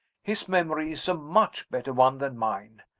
his memory is a much better one than mine.